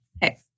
hey